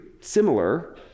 similar